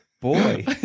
Boy